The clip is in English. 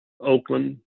Oakland